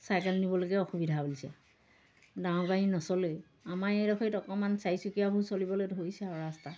cycle নিবলৈকে অসুবিধা হৈছে ডাঙৰ গাড়ী নচলেই আমাৰ এইডখৰিত অকণমান চাৰিচুকীয়াবোৰ চলিবলৈ ধৰিছে আৰু ৰাস্তা